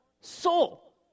soul